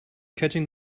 catching